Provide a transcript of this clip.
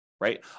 right